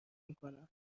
میکنم